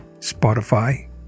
Spotify